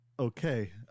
Okay